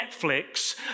Netflix